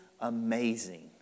amazing